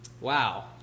Wow